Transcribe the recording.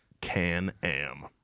Can-Am